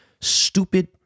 stupid